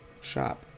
Shop